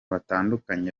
batandukanye